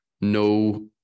no